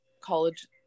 college